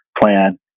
plan